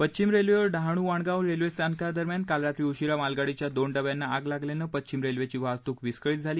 पश्चिम रेल्वेवर डहाणू वाणगाव रेल्वे स्थानकादरम्यान काल रात्री उशिरा मालगाडीच्या दोन डब्यांना आग लागल्यानं पश्चिम रेल्वेची वाहतूक विस्कळीत झाली